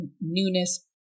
newness